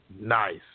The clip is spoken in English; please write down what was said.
Nice